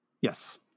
Yes